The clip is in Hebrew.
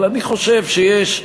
אבל אני חושב שיש,